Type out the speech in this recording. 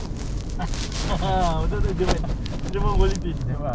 nanti kau punya apa ni yang kau punya trip fishing dah confirm ah